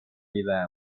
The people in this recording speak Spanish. ida